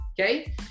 Okay